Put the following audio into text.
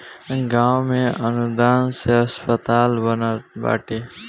गांव में अनुदान से अस्पताल बनल बाटे